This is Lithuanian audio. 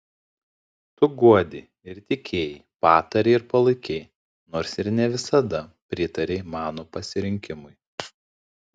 tu guodei ir tikėjai patarei ir palaikei nors ir ne visada pritarei mano pasirinkimui